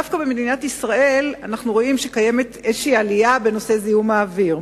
דווקא במדינת ישראל אנחנו רואים שקיימת איזו עלייה בזיהום האוויר.